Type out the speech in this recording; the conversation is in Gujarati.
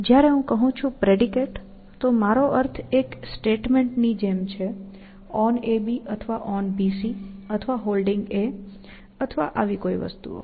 જ્યારે હું કહું છું પ્રેડિકેટ તો મારો અર્થ એક સ્ટેટમેન્ટ ની જેમ છે OnAB અથવા OnBC અથવા Holding અથવા આવી કેટલીક વસ્તુઓ